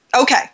Okay